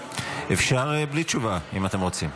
אפשר בלי תשובה, אם אתם רוצים.